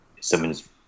something's